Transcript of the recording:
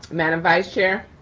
madam vice chair.